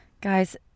Guys